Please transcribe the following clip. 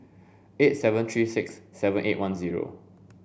eight seven three six seven eight one zero